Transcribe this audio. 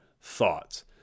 thoughts